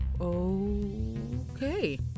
Okay